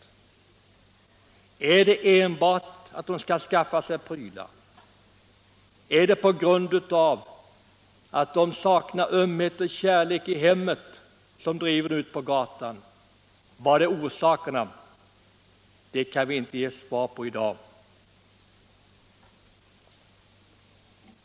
Vilka är orsakerna? Är de enbart att de skall skaffa sig prylar? Eller drivs de ut på gatan för att de saknar ömhet och kärlek i hemmet? Det kan vi inte ge svar på i dag.